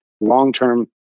long-term